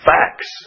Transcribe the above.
facts